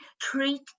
Treat